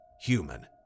human